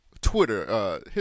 Twitter